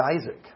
Isaac